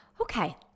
okay